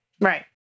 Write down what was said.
Right